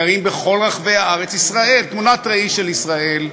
גרים בכל רחבי הארץ, ישראל, תמונת ראי של ישראל.